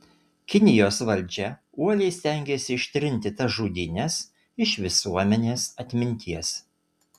kinijos valdžia uoliai stengėsi ištrinti tas žudynes iš visuomenės atminties